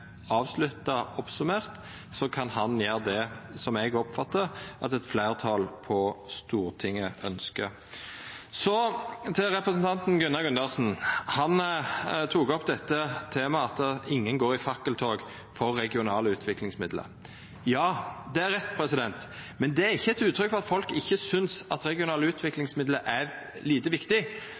avslutta og oppsummert, kan han gjera det som eg oppfattar at eit fleirtal på Stortinget ønskjer. Til representanten Gunnar Gundersen: Han tok opp dette temaet at ingen går i fakkeltog for regionale utviklingsmidlar. Ja, det er rett, men det er ikkje eit uttrykk for at folk ikkje synest at regionale utviklingsmidlar er lite